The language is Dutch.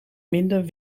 minder